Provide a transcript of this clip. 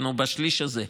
הוא בשליש הזה.